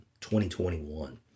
2021